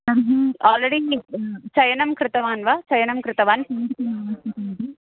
तर्हि आल्रेडी चयनं कृतवान् वा चयनं कृतवान् किं किम् आवश्यकमिति